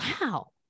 wow